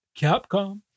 Capcom